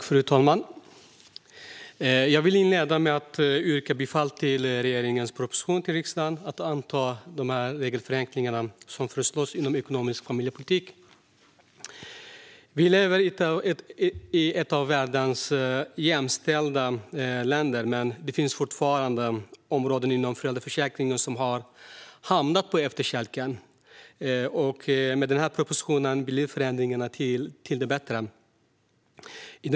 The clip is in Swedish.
Fru talman! Jag vill inleda med att yrka bifall till regeringens proposition till riksdagen att anta de regelförenklingar som föreslås inom ekonomisk familjepolitik. Vi lever i ett av världens mest jämställda länder, men det finns fortfarande områden inom föräldraförsäkringen som har hamnat på efterkälken. Med denna proposition blir det förändringar till det bättre.